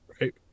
Right